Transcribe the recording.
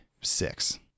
six